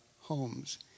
homes